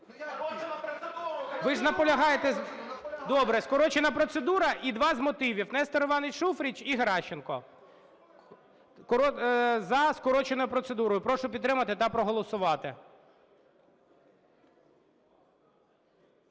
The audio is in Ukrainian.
Ви ж наполягаєте… Добре, скорочена процедура і два з мотивів: Нестор Іванович Шуфрич і Геращенко. За скороченою процедурою. Прошу підтримати та проголосувати.